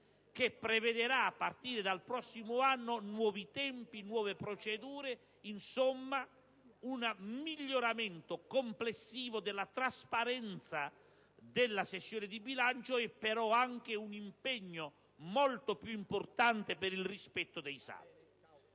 che prevederà, a partire dal prossimo anno, nuovi tempi, nuove procedure, insomma un miglioramento complessivo della trasparenza della sessione di bilancio; però, anche un impegno molto più importante per il rispetto dei saldi.